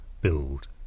build